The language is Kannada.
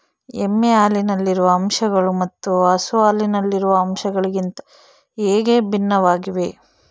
ಎಮ್ಮೆ ಹಾಲಿನಲ್ಲಿರುವ ಅಂಶಗಳು ಮತ್ತು ಹಸು ಹಾಲಿನಲ್ಲಿರುವ ಅಂಶಗಳಿಗಿಂತ ಹೇಗೆ ಭಿನ್ನವಾಗಿವೆ?